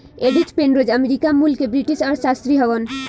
Edith Penrose America मूल के British अर्थशास्त्री हउवन